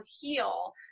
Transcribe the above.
heal